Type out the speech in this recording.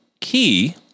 key